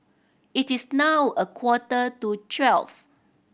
it is now a quarter to twelve